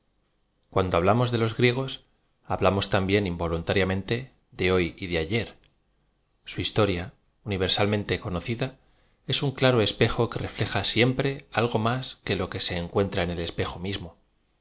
cuando hablamos de io b griegos hablamos también intoluntariamente de hoy y de ayer su historia universal mente conocida es un claro espejo que refin a siempre algo más que lo que se encuentra en el espe jo mismo